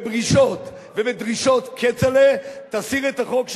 ובפגישות ובדרישות: כצל'ה, תסיר את החוק שלך.